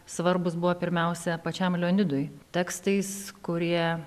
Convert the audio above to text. svarbūs buvo pirmiausia pačiam leonidui tekstais kurie